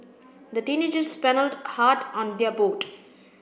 the teenagers paddled hard on their boat